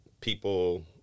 people